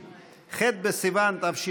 הצעת חוק הבחירות לכנסת העשרים-ושתיים